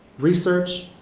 research,